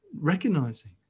recognizing